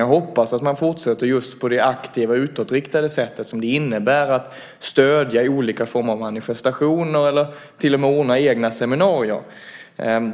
Jag hoppas att man fortsätter på just det aktiva och utåtriktade sätt som det innebär att stödja olika former av manifestationer eller till och med ordna egna seminarier.